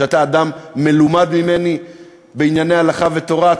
שאתה אדם מלומד ממני בענייני הלכה ותורה?